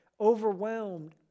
overwhelmed